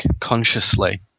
consciously